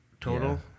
total